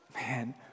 man